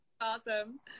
awesome